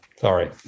Sorry